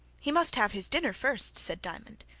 he must have his dinner first, said diamond.